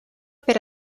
per